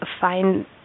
find